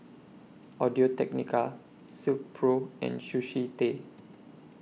Audio Technica Silkpro and Sushi Tei